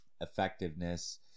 Effectiveness